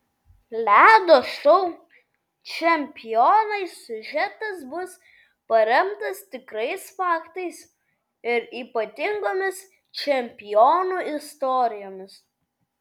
ledo šou čempionai siužetas bus paremtas tikrais faktais ir ypatingomis čempionų istorijomis